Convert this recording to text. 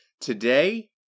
Today